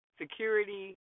security